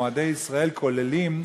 מועדי ישראל כוללים,